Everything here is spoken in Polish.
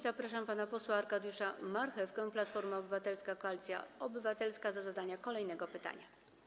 Zapraszam pana posła Arkadiusza Marchewkę, Platforma Obywatelska - Koalicja Obywatelska, do zadania kolejnego pytania.